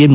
N